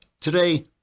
Today